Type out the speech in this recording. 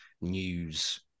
news